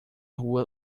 rua